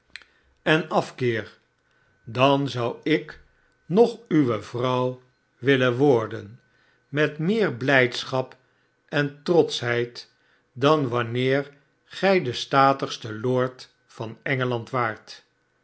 dan zou ifc nog uwe vrouw willen worden met meer blijdschap en trotschheid dan wanneer gij de statigste lord van engeland waart